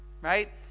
Right